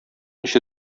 эче